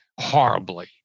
horribly